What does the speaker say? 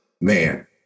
man